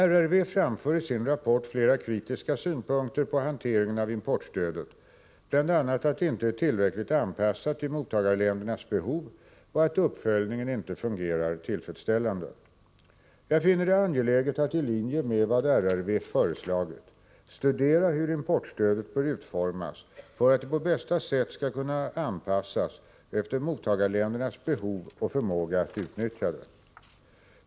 RRV framför i sin rapport flera kritiska synpunkter på hanteringen av importstödet, bl.a. att det inte är tillräckligt anpassat till mottagarländernas behov och att uppföljningen inte fungerar tillfredsställande. Jag finner det angeläget att i linje med vad RRV föreslagit studera hur importstödet bör utformas för att det på bästa sätt skall kunna anpassas efter mottagarländernas behov och förmåga att utnyttja det.